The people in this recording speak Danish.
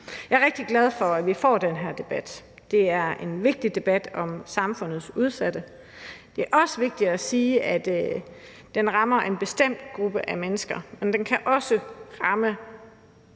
Jeg er rigtig glad for, at vi får den her debat. Det er en vigtig debat om samfundets udsatte. Det er også vigtigt at sige, at det rammer en bestemt gruppe af mennesker, men det kan også ramme